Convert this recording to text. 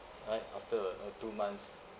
right after uh uh two months